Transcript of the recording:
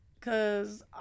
Cause